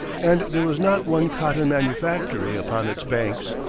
and there was not one cotton manufactory upon its banks.